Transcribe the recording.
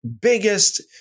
biggest